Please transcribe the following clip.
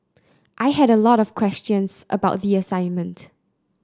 I had a lot of questions about the assignment